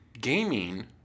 Gaming